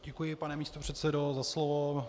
Děkuji, pane místopředsedo, za slovo.